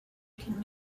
can